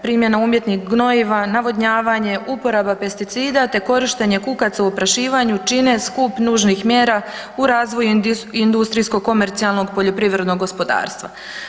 Primjena umjetnih gnojiva, navodnjavanje, uporaba pesticida te korištenje kukaca u oprašivanju čine skup nužnih mjera u razvoju industrijsko komercijalnog poljoprivrednog gospodarstva.